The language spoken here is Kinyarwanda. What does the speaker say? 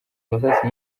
amasasu